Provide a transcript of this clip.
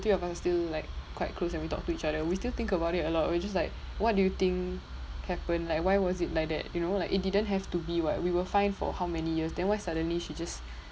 three of us are still like quite close and we talk to each other we still think about it a lot we just like what do you think happened like why was it like that you know like it didn't have to be [what] we were fine for how many years then why suddenly she just